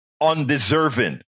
undeserving